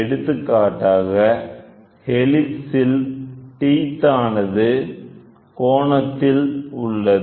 எடுத்துக்காட்டாகஹெலிக்ஸ் இல் டித் ஆனது கோணத்தில் உள்ளது